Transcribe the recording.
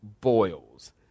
boils